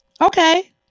Okay